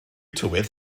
tywydd